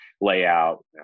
layout